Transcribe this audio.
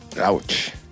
Ouch